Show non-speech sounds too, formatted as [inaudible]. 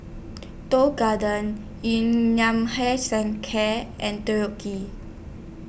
Tong Garden Yun Nam Hair Sun Care and [unintelligible]